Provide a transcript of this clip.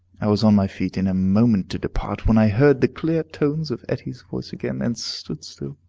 i was on my feet in a moment to depart, when i heard the clear tones of etty's voice again, and stood still,